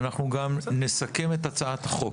אנחנו גם נסכם את הצעת החוק.